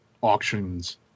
auctions